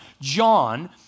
John